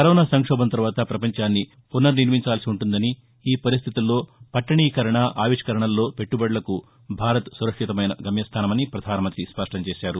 corona సంక్షోభం తర్వాత పపంచాన్ని పునర్నిర్మించాల్సి ఉంటుందని ఈ పరిస్టితుల్లో పట్టణీకరణ ఆవిష్కరణల్లో పెట్టబడులకు భారత్ సురక్షితమైన గమ్యస్థానమని ప్రపధానమంతి స్పష్టం చేశారు